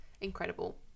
incredible